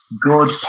good